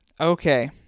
Okay